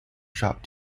sharp